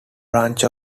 branch